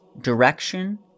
direction